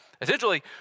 essentially